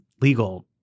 legal